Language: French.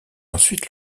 ensuite